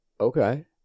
Okay